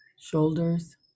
shoulders